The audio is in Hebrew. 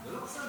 זה לא בסדר